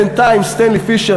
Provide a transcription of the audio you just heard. בינתיים סטנלי פישר,